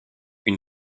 une